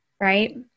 right